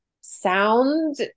sound